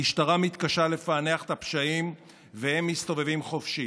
המשטרה מתקשה לפענח את הפשעים והם מסתובבים חופשי.